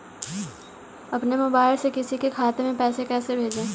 अपने मोबाइल से किसी के खाते में पैसे कैसे भेजें?